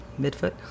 midfoot